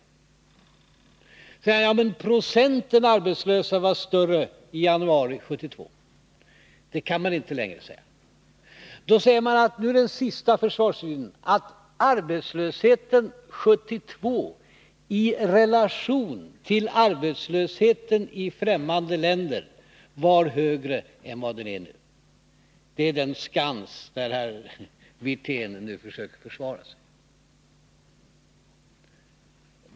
Då sade man: Ja, men procentandelen arbetslösa var större i januari 1972. Det kan man inte heller säga längre. Den sista försvarslinjen är då att man påstår att arbetslösheten 1972 i relation till arbetslösheten i ffrämmande länder var högre än den är nu. Det är den skans där herr Wirtén nu försöker försvara sig.